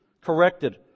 corrected